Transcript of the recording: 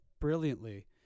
brilliantly